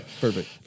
Perfect